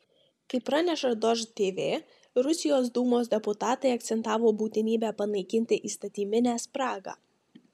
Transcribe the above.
kaip praneša dožd tv rusijos dūmos deputatai akcentavo būtinybę panaikinti įstatyminę spragą